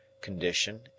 condition